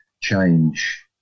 change